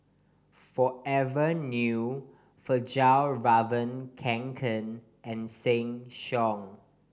Forever New Fjallraven Kanken and Sheng Siong